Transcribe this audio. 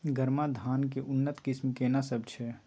गरमा धान के उन्नत किस्म केना सब छै?